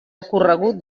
ocorregut